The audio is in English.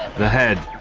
the head,